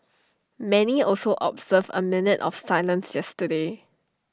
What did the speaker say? many also observed A minute of silence yesterday